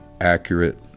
accurate